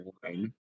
one